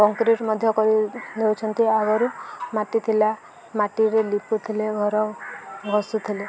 concrete ମଧ୍ୟ କରି ଦେଉଛନ୍ତି ଆଗରୁ ମାଟି ଥିଲା ମାଟିରେ ଲିପୁଥିଲେ ଘର ଘସୁଥିଲେ